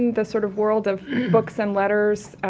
the sort of world of books and letters,